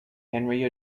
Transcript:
henry